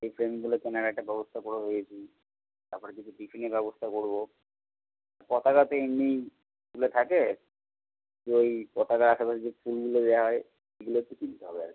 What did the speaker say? সেই ফ্রেমগুলো কেনার একটা ব্যবস্থা করব ভেবেছি তারপরে কিছু টিফিনের ব্যবস্থা করব পতাকা তো এমনিই স্কুলে থাকে তো ওই পতাকার আশেপাশে যে ফুলগুলো দেওয়া হয় সেগুলো একটু কিনতে হবে আর কি